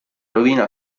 rovina